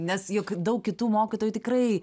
nes juk daug kitų mokytojų tikrai